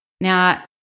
Now